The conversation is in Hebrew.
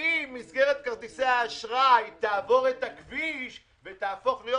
אם מסגרת כרטיסי האשראי תעבור את הכביש ותהפוך להיות